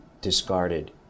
discarded